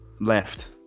Left